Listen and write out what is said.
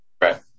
Right